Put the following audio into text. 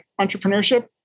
entrepreneurship